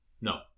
No